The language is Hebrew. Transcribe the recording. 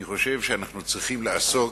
אני חושב שאנחנו צריכים לעסוק,